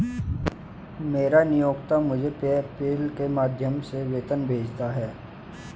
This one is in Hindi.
मेरा नियोक्ता मुझे पेपैल के माध्यम से वेतन भेजता है